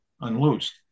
unloosed